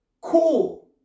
Cool